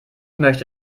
möchte